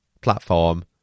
platform